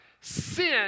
Sin